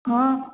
हाँ